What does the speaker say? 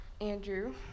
Andrew